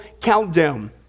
countdown